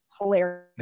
hilarious